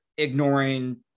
ignoring